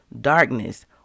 darkness